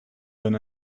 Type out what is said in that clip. dun